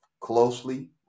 closely